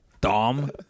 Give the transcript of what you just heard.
Dom